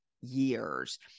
years